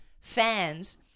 fans